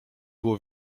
było